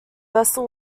vessel